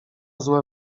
złe